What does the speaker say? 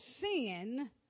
sin